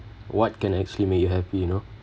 what can actually make you happy you know